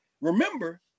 Remember